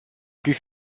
plus